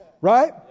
Right